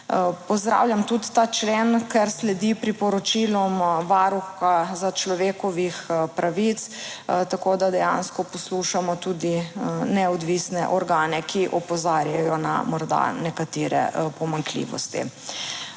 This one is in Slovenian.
Pozdravljam tudi ta člen, ker sledi priporočilom Varuha človekovih pravic, tako da dejansko poslušamo tudi neodvisne organe, ki opozarjajo na morda nekatere pomanjkljivosti.